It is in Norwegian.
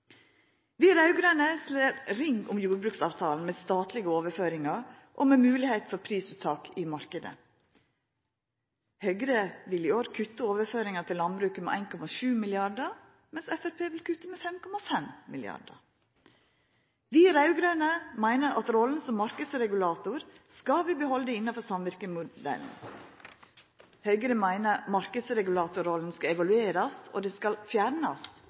Vi raud-grøne slår ring om jordbruksavtalen med statlege overføringar og moglegheiter for prisuttak i marknaden. Høgre vil i år kutta overføringane til landbruket med 1,7 mrd. kr, mens Framstegspartiet vil kutta med 5,5 mrd. Vi raud-grøne meiner at vi skal behalda rolla som marknadsregulator innanfor samvirkemodellen. Høgre meiner marknadsregulatorrolla skal evaluerast, og at ho skal fjernast